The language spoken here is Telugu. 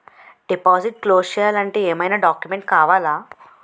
డిపాజిట్ క్లోజ్ చేయాలి అంటే ఏమైనా డాక్యుమెంట్స్ కావాలా?